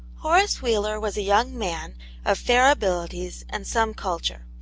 horace wheeler was a young man of fair abilities and some culture.